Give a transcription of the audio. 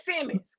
Simmons